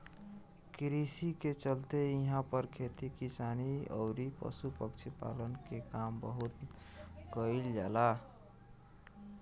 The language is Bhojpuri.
कृषि के चलते इहां पर खेती किसानी अउरी पशु पक्षी पालन के काम बहुत कईल जाला